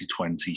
2020